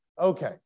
Okay